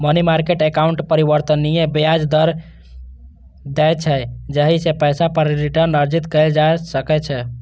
money market account परिवर्तनीय ब्याज दर दै छै, जाहि सं पैसा पर रिटर्न अर्जित कैल जा सकै छै